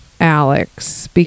Alex